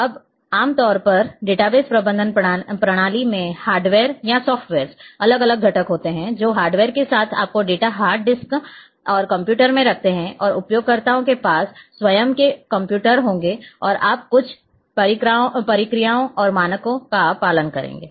अब आम तौर पर डेटाबेस प्रबंधन प्रणाली में हार्डवेयर या सॉफ्टवेअर अलग अलग घटक होते हैं जो हम हार्डवेयर के साथ आपके डेटा हार्ड डिस्क और कंप्यूटर में रखते हैं और उपयोगकर्ताओं के पास स्वयं के कंप्यूटर होंगे और आप कुछ प्रक्रियाओं और मानकों का पालन करेंगे